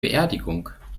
beerdigung